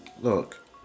Look